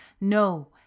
no